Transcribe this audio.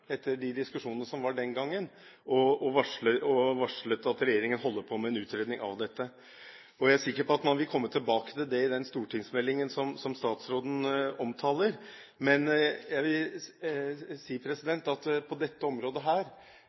etter de diskusjonene som var den gangen, og varslet at regjeringen holder på med en utredning av dette. Jeg er sikker på at man vil komme tilbake til det i den stortingsmeldingen som statsråden omtaler. Men jeg vil si at på dette området